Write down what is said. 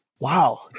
Wow